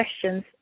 questions